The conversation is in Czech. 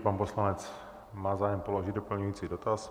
Pan poslanec má zájem položit doplňující dotaz.